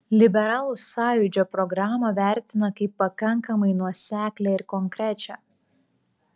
liberalų sąjūdžio programą vertina kaip pakankamai nuoseklią ir konkrečią